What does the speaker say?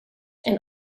and